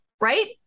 right